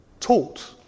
taught